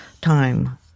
time